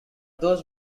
those